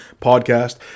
Podcast